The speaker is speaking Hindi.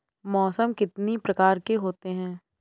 मौसम कितनी प्रकार के होते हैं?